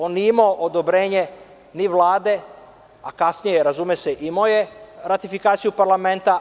On nije imao odobrenje ni Vlade, a kasnije, razume se, imao je ratifikaciju parlamenta.